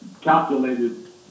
calculated